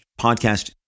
podcast